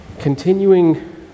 Continuing